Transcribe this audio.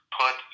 put